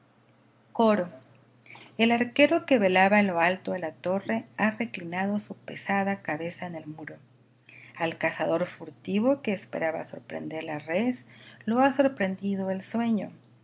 coro el arquero que velaba en lo alto de la torre ha reclinado su pesada cabeza en el muro al cazador furtivo que esperaba sorprender la res lo ha sorprendido el sueño